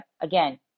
again